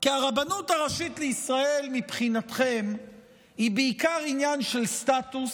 כי מבחינתכם הרבנות הראשית לישראל היא בעיקר עניין של סטטוס,